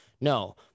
no